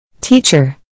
Teacher